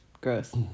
Gross